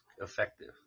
effective